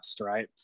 right